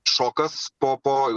šokas po po